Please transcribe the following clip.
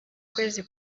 kwezi